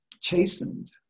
chastened